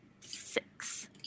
six